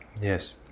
Yes